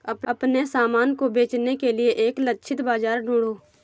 अपने सामान को बेचने के लिए एक लक्षित बाजार ढूंढो